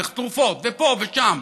תרופות ופה ושם.